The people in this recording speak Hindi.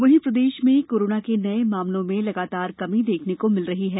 वहीं प्रदेश में कोरोना के नये मामलों में लगातार कमी देखने को मिल रही है